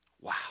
Wow